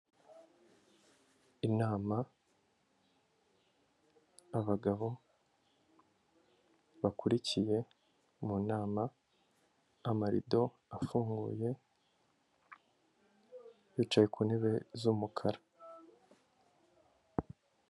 Inama, abagabo, bakurikiye mu nama, amarido afunguye, bicaye ku ntebe z'umukara.